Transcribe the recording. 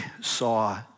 saw